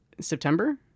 September